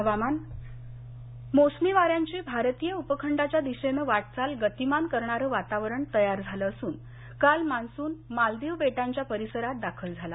हवामान अमरावती मोसमी वाऱ्याची भारतीय उपखंडाच्या दिशेनं वाटचाल गतीमान करणारं वातावरण तयार झालं असून काल मान्सून मालदीव बेटांच्या परिसरात दाखल झाला